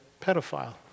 pedophile